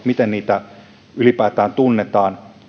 miten te palveluita ylipäätään tunnetaan